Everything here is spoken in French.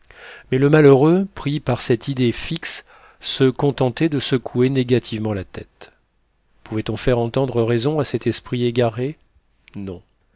mais le malheureux pris par cette idée fixe se contentait de secouer négativement la tête pouvait-on faire entendre raison à cet esprit égaré non